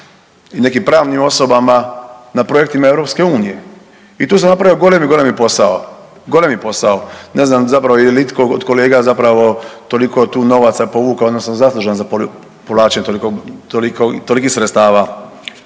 i nekim pravnim osobama na projektima EU. I tu sam napravio golemi, golemi posao, golemi posao. Ne znam jel itko od kolega zapravo toliko tu novaca povukao odnosno zaslužan za povlačenje tolikog, tolikih sredstava.